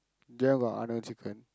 there got Arnold's-chicken